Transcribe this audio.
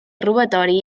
robatori